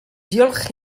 diolch